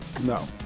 no